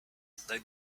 they